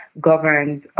governs